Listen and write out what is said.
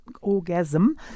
Orgasm